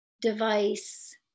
Device